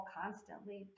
constantly